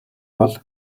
бол